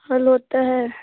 फल होता है